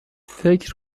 فکر